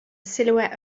silhouette